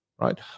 right